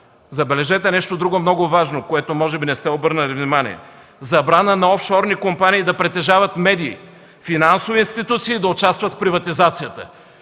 Забележете нещо друго – много важно, на което може би не сте обърнали внимание: забрана на офшорни компании да притежават медии, финансови институции да участват в приватизацията!